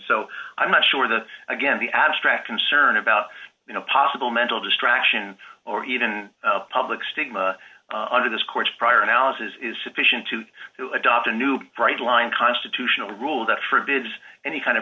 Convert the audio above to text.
so i'm not sure the again the abstract concern about you know possible mental distraction or even public stigma under this court's prior analysis is sufficient to adopt a new bright line constitutional rule that forbids any kind of